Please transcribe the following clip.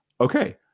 okay